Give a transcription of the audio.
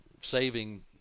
saving